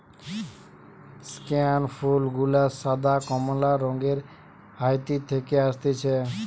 স্কেয়ান ফুল গুলা সাদা, কমলা রঙের হাইতি থেকে অসতিছে